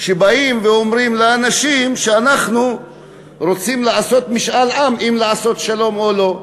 שבאים ואומרים לאנשים: אנחנו רוצים לעשות משאל עם אם לעשות שלום או לא.